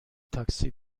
تاکسی